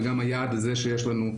וגם היעד הזה שיש לנו,